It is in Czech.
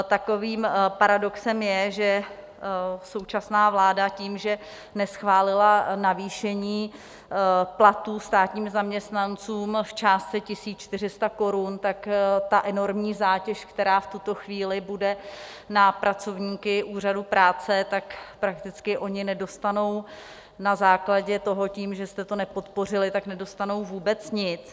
Takovým paradoxem je, že současná vláda tím, že neschválila navýšení platů státním zaměstnancům v částce 1 400 korun, tak ta enormní zátěž, která v tuto chvíli bude na pracovníky Úřadu práce, tak prakticky oni nedostanou na základě toho, že jste to nepodpořili, tak nedostanou vůbec nic.